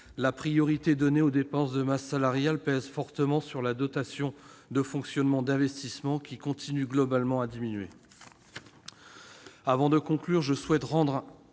la priorité donnée aux dépenses de masse salariale pèse fortement sur les dotations de fonctionnement et d'investissement, qui continuent globalement à diminuer. Avant de conclure, je souhaite rendre